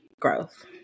growth